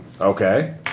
Okay